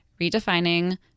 redefining